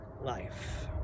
life